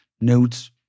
notes